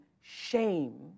shame